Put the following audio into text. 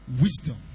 wisdom